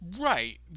Right